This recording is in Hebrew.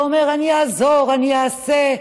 ואומר: אני אעזור, אני אעשה.